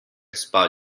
spa